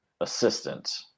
assistant